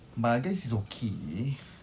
but I guess it's okay